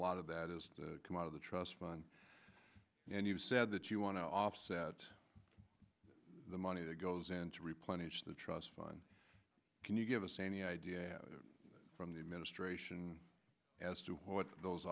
lot of that has come out of the trust fund and you said that you want to offset the money that goes in to replenish the trust fund can you give us any idea from the administration as to what those